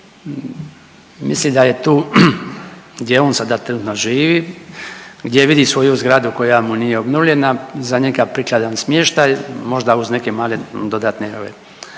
misli da je tu gdje on sada trenutno živi, gdje vidi svoju zgradu koja mu nije obnovljena za njega prikladan smještaj možda uz neke male dodatne ove